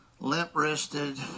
Limp-wristed